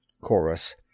Chorus